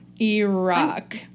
Iraq